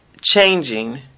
changing